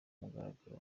mugaragaro